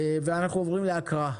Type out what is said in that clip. התשפ"ב-2021.